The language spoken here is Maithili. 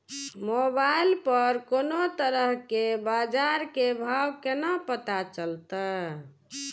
मोबाइल पर कोनो तरह के बाजार के भाव केना पता चलते?